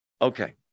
Okay